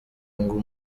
ngo